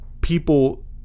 people